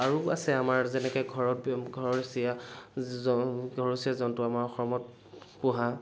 আৰু আছে আমাৰ যেনেকে ঘৰত ঘৰচীয়া ঘৰচীয়া জন্তু আমাৰ অসমত পোহা